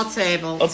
table